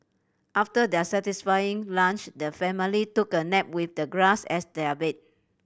after their satisfying lunch the family took a nap with the grass as their bed